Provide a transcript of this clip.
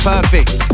Perfect